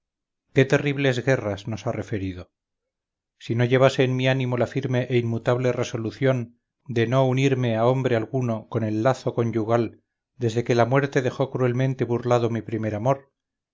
qué terribles guerras nos ha referido si no llevase en mi ánimo la firme e inmutable resolución de no unirme a hombre alguno con el lazo conyugal desde que la muerte dejó cruelmente burlado mi primer amor